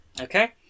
Okay